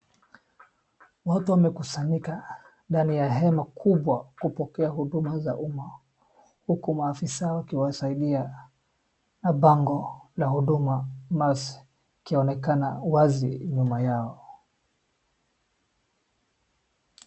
Watu wamekusanyika ndani ya hema kubwa kupokea huduma za umma huku maafisa wakiwasaidia, mabango la huduma ikionekana wazi nyuma yao